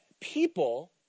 people